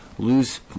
lose